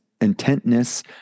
intentness